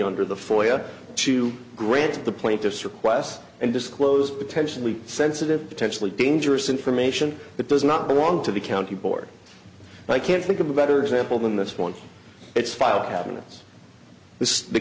under the foil to grant the plaintiff's requests and disclose potentially sensitive potentially dangerous information that does not belong to the county board and i can't think of a better example than this one it's file cabinets th